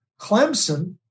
Clemson